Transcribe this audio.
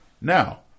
Now